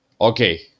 Okay